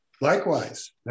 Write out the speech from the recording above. Likewise